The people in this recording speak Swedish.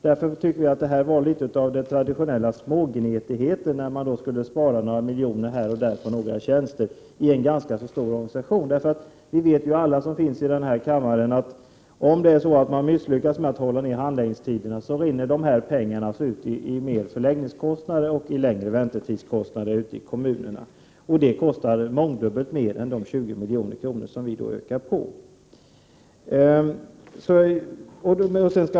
Därför tycker vi att det är litet av traditionell smågnetighet när utskottsmajoriteten vill spara några miljoner här och några miljoner där på tjänster i en ganska stor organisation. Alla vi som sitter i den här kammaren vet ju att om man misslyckas med att hålla nere handläggningstiderna, så rinner pengarna ut i ökade förläggningskostnader och kostnader för längre väntetider ute i kommunerna. Det kostar mångdubbelt mer än de 20 milj.kr. som vi vill öka anslaget med.